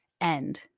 end